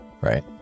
right